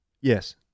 Yes